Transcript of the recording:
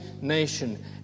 nation